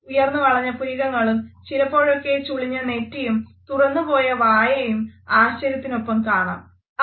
ഉയർന്നു വളഞ്ഞ പുരികങ്ങളും ചിലപ്പോഴൊക്കെ ചുളിഞ്ഞ നെറ്റിയും തുറന്നുപോയ വായയും ആശ്ചര്യത്തിനൊപ്പം കാണാനാകും